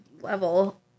level